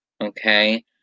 Okay